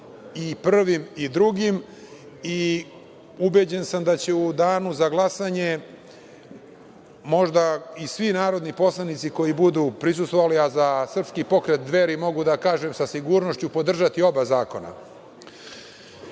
i prvim i drugim. Ubeđen sam da će u danu za glasanje možda i svi narodni poslanici koji budu prisustvovali, a za srpski pokret Dveri mogu da kažem sa sigurnošću da će podržati oba zakona.No,